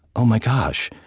oh, my gosh,